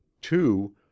two